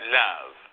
love